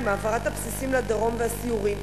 עם העברת הבסיסים לדרום והסיורים,